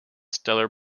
stellar